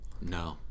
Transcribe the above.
No